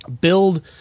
build